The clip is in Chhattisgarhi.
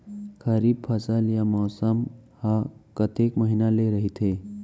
खरीफ फसल या मौसम हा कतेक महिना ले रहिथे?